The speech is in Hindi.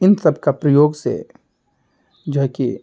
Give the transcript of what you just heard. इन सबका प्रयोग से जो है कि